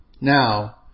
Now